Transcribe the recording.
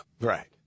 Right